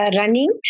running